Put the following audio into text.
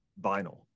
vinyl